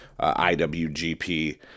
IWGP